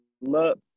Love